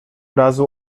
razu